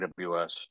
AWS